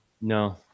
no